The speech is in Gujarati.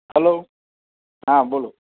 હલો હા બોલો